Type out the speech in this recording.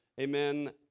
amen